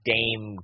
Dame